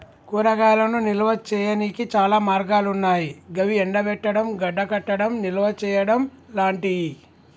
కూరగాయలను నిల్వ చేయనీకి చాలా మార్గాలన్నాయి గవి ఎండబెట్టడం, గడ్డకట్టడం, నిల్వచేయడం లాంటియి